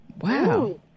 Wow